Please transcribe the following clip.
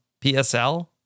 PSL